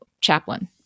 chaplain